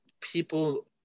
people